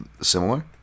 similar